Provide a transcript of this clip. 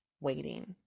waiting